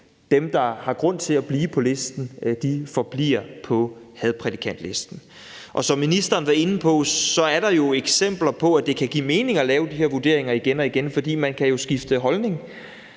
Dem, der har grund til at blive på listen, forbliver på hadprædikantlisten, og som ministeren var inde på, er der jo eksempler på, at det kan give mening at lave de her vurderinger igen og igen, fordi man jo kan skifte holdning.